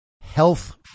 health